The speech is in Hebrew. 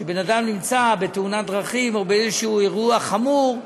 שבן אדם נמצא בתאונת דרכים או באיזשהו אירוע חמור,